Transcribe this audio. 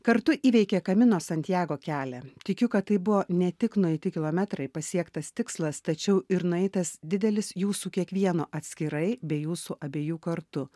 kartu įveikė kamino santiago kelią tikiu kad tai buvo ne tik nueiti kilometrai pasiektas tikslas tačiau ir nueitas didelis jūsų kiekvieno atskirai bei jūsų abiejų kartu